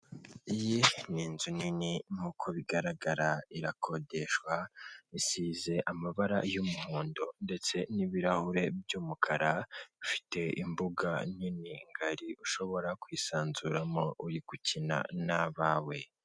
Iyi n'inzu nini nkuko bigaragara irakodeshwa, isize amabara y'umuhondo ndetse n'ibirahure by'umukara ifite imbuga nini ngari ushobora kwisanzuramo uri gukina n'abawe.